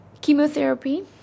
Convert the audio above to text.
chemotherapy